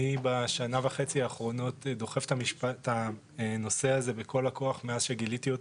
בשנה וחצי האחרונות אני דוחף את הנושא הזה בכל הכוח מאז שגיליתי אותו.